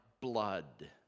blood